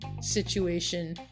situation